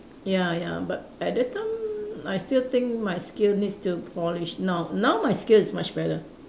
ya ya but at that time I still think my skill needs to polish now now my skill is much better